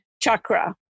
chakra